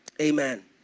Amen